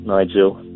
Nigel